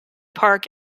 park